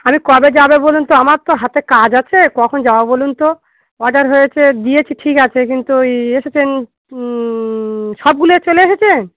বলি কবে যাবে বলুন তো আমার তো হাতে কাজ আছে কখন যাবো বলুন তো অডার হয়েছে দিয়েছি ঠিক আছে কিন্তু এই এসেছেন সবগুলো চলে এসেছে